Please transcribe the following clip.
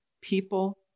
People